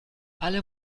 alle